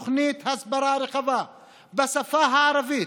תוכנית הסברה רחבה בשפה הערבית,